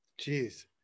Jeez